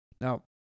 Now